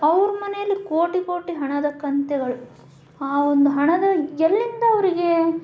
ಅವ್ರ್ ಮನೇಲಿ ಕೋಟಿ ಕೋಟಿ ಹಣದ ಕಂತೆಗಳು ಆ ಒಂದು ಹಣನ ಎಲ್ಲಿಂದ ಅವರಿಗೆ